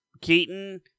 Keaton